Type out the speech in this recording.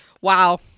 Wow